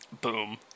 Boom